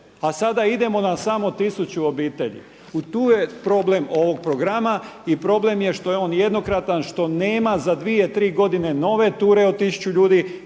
A sada idemo na samo 1000 obitelji. Tu je problem ovog programa i problem je što je on jednokratan, što nema za dvije, tri godine nove ture od 1000 ljudi,